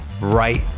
right